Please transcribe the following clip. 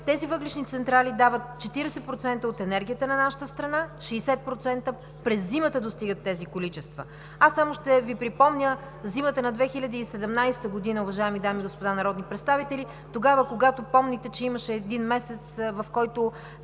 тези въглищни централи дават 40% от енергията на нашата страна, тези количества достигат 60% през зимата. Аз само ще Ви припомня зимата на 2017 г., уважаеми дами и господа народни представители, тогава, когато помните, че имаше един месец, в който